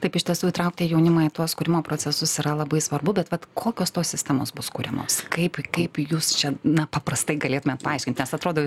taip iš tiesų įtraukti jaunimą į tuos kūrimo procesus yra labai svarbu bet vat kokios tos sistemos bus kuriamos kaip kaip jūs čia na paprastai galėtumėt paaiškinti nes atrodo